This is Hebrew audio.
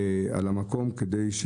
על המקום.